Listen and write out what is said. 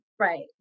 Right